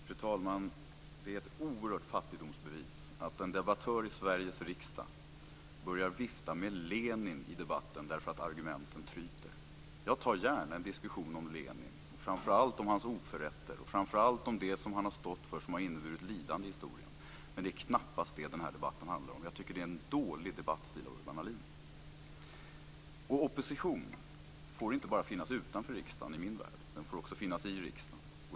Fru talman! Det är ett oerhört fattigdomsbevis att en debattör i Sveriges riksdag börjar vifta med Lenin i debatten därför att argumenten tryter. Jag tar gärna en diskussion om Lenin, framför allt om hans oförrätter och om det som han har stått för som har inneburit lidande i historien. Men det är knappast det denna debatt handlar om. Jag tycker att det är en dålig debattstil av Urban Ahlin. Opposition får inte bara finnas utanför riksdagen i min värld. Den får också finnas i riksdagen.